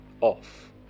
off